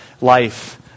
life